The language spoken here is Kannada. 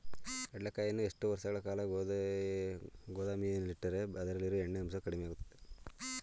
ಕಡ್ಲೆಕಾಯಿಯನ್ನು ಎಷ್ಟು ವರ್ಷಗಳ ಕಾಲ ಗೋದಾಮಿನಲ್ಲಿಟ್ಟರೆ ಅದರಲ್ಲಿಯ ಎಣ್ಣೆ ಅಂಶ ಕಡಿಮೆ ಆಗುತ್ತದೆ?